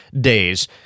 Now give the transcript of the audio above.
days